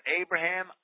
Abraham